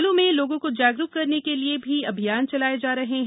जिलों में लोगों को जागरूक करने के लिए भी अभियान चलाये जा रहे हैं